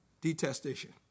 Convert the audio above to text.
Detestation